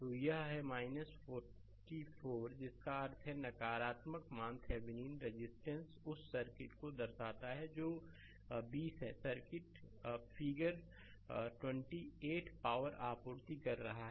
तो यह है 4 4 जिसका अर्थ है नकारात्मक मान थेविनीन रजिस्टेंस उस सर्किट को दर्शाता है जो कि बीस है सर्किट 20फिगर 28 पावर आपूर्ति कर रहा है